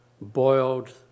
boiled